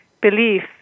belief